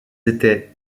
étaient